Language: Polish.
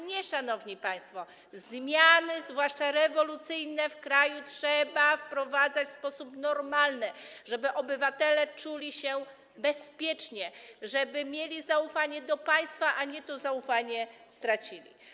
Nie, szanowni państwo, zmiany, zwłaszcza rewolucyjne, w kraju trzeba wprowadzać w sposób normalny, żeby obywatele czuli się bezpiecznie, żeby mieli zaufanie do państwa, a nie to zaufanie tracili.